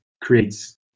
creates